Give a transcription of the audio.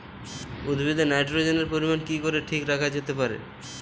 উদ্ভিদে নাইট্রোজেনের পরিমাণ কি করে ঠিক রাখা যেতে পারে?